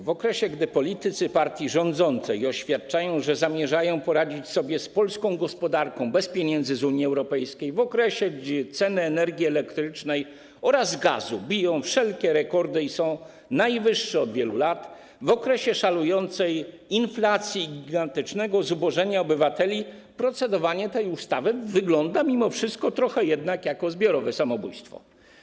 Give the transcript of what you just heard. W okresie gdy politycy partii rządzącej oświadczają, że zamierzają poradzić sobie z polską gospodarką bez pieniędzy z Unii Europejskiej, w okresie gdy ceny energii elektrycznej oraz gazu biją wszelkie rekordy i są najwyższe od wielu lat, w okresie szalejącej inflacji i gigantycznego zubożenia obywateli procedowanie tej ustawy wygląda mimo wszystko trochę jak zbiorowe samobójstwo.